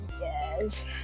Yes